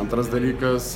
antras dalykas